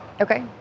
Okay